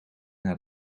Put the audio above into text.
naar